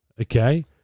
okay